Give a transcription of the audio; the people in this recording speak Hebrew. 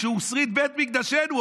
שהוא שריד בית מקדשנו,